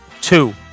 two